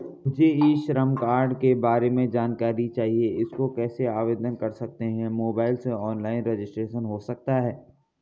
मुझे e Shram card के बारे में जानकारी चाहिए इसको कैसे आवेदन कर सकते हैं मोबाइल से ऑनलाइन रजिस्ट्रेशन हो सकता है?